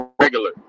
regular